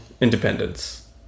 independence